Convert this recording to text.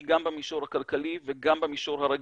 היא גם במישור הכלכלי וגם במישור הרגיל.